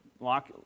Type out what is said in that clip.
Lock